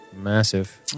Massive